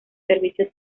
servicio